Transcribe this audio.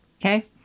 okay